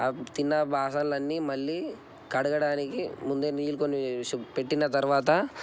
తిన్న బాసనలు అన్నీ మళ్లీ కడగడానికి ముందే నీళ్ళు కొన్ని పెట్టిన తర్వాత